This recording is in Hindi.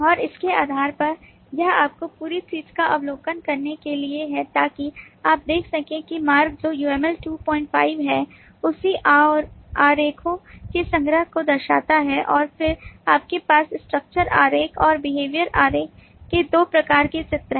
और इसके आधार पर यह आपको पूरी चीज़ का अवलोकन करने के लिए है ताकि आप देख सकें कि मार्ग जो UML 25 है सभी आरेखों के संग्रह को दर्शाता है और फिर आपके पास Structure आरेख और Behavior आरेख के दो प्रकार के चित्र हैं